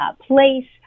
place